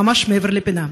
ממש מעבר לפינה.